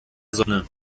sonne